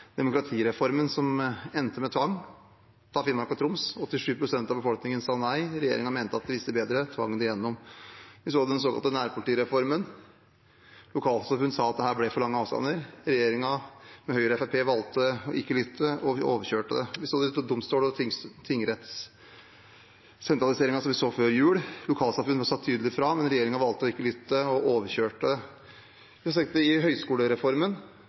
demokratireformen, som endte med tvang for Finnmark og Troms. 87 pst. av befolkningen sa nei til sammenslåing. Regjeringen mente at de visste bedre, og tvang det igjennom. Vi så det med den såkalte nærpolitireformen. Lokalsamfunn sa at her ble det for lange avstander. Regjeringen, med Høyre og Fremskrittspartiet, valgte å ikke lytte og overkjørte. Videre var det domstolene og tingrettssentraliseringen som vi så før jul. Lokalsamfunn sa tydelig fra, men regjeringen valgte å ikke lytte og overkjørte. Så til høyskolereformen: